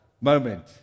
moment